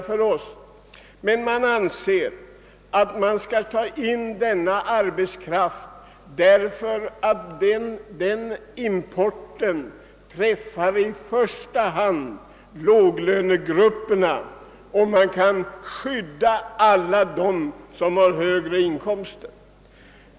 Men man anser att denna arbetskraft bör tas in, eftersom den importen i första hand drabbar låglönegrupperna och eftersom alla som har högre inkomster kan skyddas.